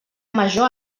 major